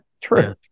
true